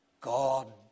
God